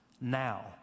now